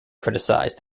criticised